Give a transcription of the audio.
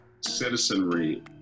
citizenry